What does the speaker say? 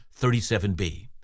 37b